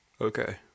Okay